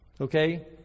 Okay